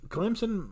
Clemson